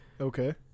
Okay